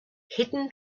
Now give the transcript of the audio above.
hidden